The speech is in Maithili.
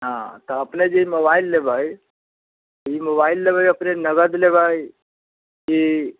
हाँ तऽ अपने जे मोबाइल लेबै ई मोबाइल लेबै अपने नगद लेबै कि